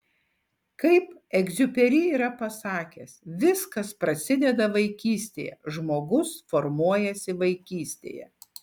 kaip egziuperi yra pasakęs viskas prasideda vaikystėje žmogus formuojasi vaikystėje